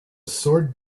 sword